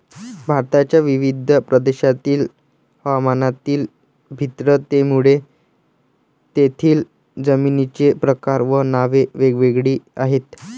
भारताच्या विविध प्रदेशांतील हवामानातील भिन्नतेमुळे तेथील जमिनींचे प्रकार व नावे वेगवेगळी आहेत